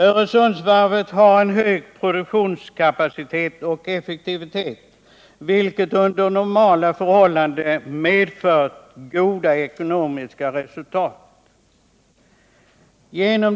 Öresundsvarvet har hög produktionskapacitet och effektivitet, vilket under normala förhållanden medfört goda ekonomiska resultat.